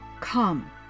come